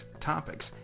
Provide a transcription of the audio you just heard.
topics